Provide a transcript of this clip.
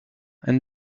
and